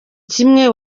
kimwe